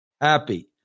happy